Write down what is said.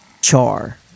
Char